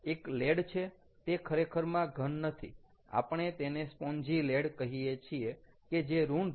એક લેડ છે તે ખરેખરમાં ઘન નથી આપણે તેને સ્પોંજી લેડ કહીએ છીએ કે જે ઋણ ધ્રુવ છે